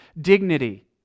dignity